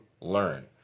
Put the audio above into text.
learn